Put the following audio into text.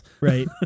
Right